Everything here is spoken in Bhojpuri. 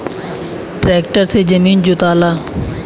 ट्रैक्टर से जमीन जोताला